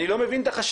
אני לא מבין את החשש.